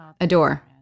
Adore